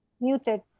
muted